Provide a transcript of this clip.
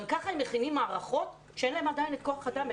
גם כך הם מכינים מערכות שאין להם עדיין את כוח האדם,